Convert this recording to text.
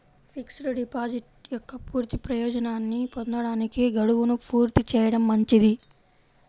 fixed deposit యొక్క పూర్తి ప్రయోజనాన్ని పొందడానికి, గడువును పూర్తి చేయడం మంచిది